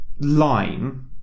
line